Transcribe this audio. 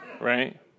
right